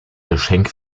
geschenk